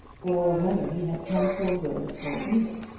or whether he had come for good or evil.